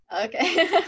Okay